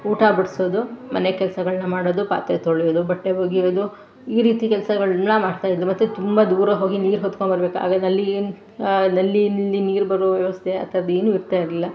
ಊಟ ಬಡಿಸೋದು ಮನೆ ಕೆಲಸಗಳ್ನ ಮಾಡೋದು ಪಾತ್ರೆ ತೊಳೆಯೋದು ಬಟ್ಟೆ ಒಗೆಯೋದು ಈ ರೀತಿ ಕೆಲಸಗಳ್ನ ಮಾಡ್ತಾಯಿದ್ದಳು ಮತ್ತು ತುಂಬ ದೂರ ಹೋಗಿ ನೀರು ಹೊತ್ಕೊಂಡ್ಬರ್ಬೇಕು ಆಗ ನಲ್ಲಿ ನಲ್ಲಿಯಲ್ಲಿ ನೀರು ಬರೋ ವ್ಯವಸ್ಥೆ ಅಂಥದ್ದೇನೂ ಇರ್ತಾಯಿರಲಿಲ್ಲ